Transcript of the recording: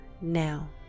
now